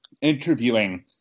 interviewing